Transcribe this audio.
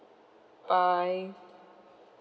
bye